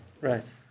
Right